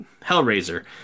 Hellraiser